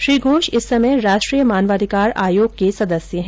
श्री घोष इस समय राष्ट्रीय मानवाधिकार आयोग के सदस्य है